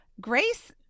Grace